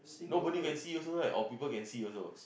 nobody can see also right or people can see also